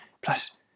Plus